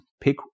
Pick